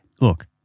look